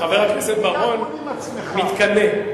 חבר הכנסת בר-און מתקנא.